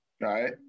right